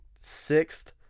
sixth